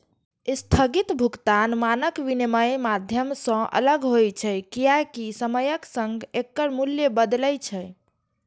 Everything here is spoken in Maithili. स्थगित भुगतान मानक विनमय माध्यम सं अलग होइ छै, कियैकि समयक संग एकर मूल्य बदलै छै